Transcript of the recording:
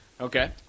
Okay